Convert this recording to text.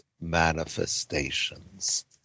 manifestations